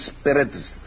spirits